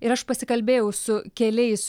ir aš pasikalbėjau su keliais